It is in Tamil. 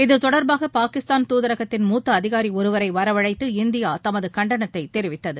இது தொடர்பாக பாகிஸ்தான் துதரகதின் மூத்த அதகாரி ஒருவரை வரவழைத்து இந்தியா தமது கண்டனத்தை தெரிவித்தது